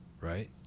Right